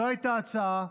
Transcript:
זו הייתה ההצעה.